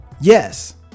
yes